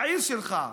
העיר שלך.